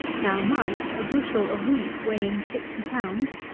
now mind, a bushel of wheat, weighing sixty lb.